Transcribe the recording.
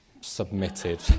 submitted